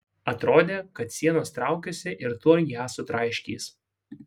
atrodė kad sienos traukiasi ir tuoj ją sutraiškys